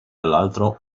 all’altro